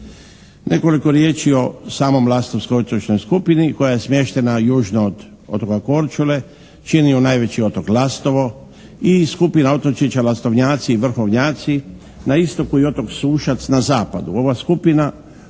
Nekoliko riječi o samom Lastovskoj otočnoj skupini koja je smještena južno od otoka Korčule. Čini ju najveći otok Lastovo i skupina otočića Lastovnjaci i Vrhovnjaci na istoku i otok Sušac na zapadu.